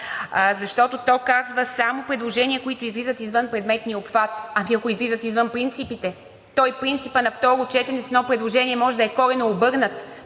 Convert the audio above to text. защото то казва: „само предложения, които излизат извън предметния обхват“. Ами ако излизат извън принципите? Принципът на второ четене с едно предложение може да е коренно обърнат.